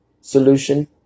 solution